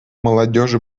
молодежи